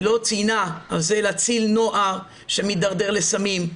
היא לא ציינה אבל זה כדי להציל נוער שמידרדר לסמים,